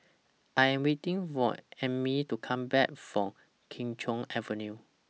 I Am waiting For Emmie to Come Back from Kee Choe Avenue